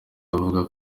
avuga